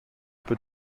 peu